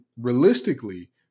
realistically